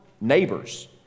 neighbors